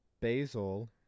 basil